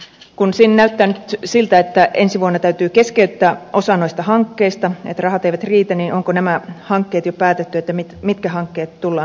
kun siinä näyttää nyt siltä että ensi vuonna täytyy keskeyttää osa noista hankkeista että rahat eivät riitä niin onko jo päätetty mitkä hankkeet tullaan keskeyttämään